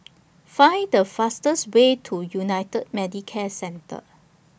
Find The fastest Way to United Medicare Centre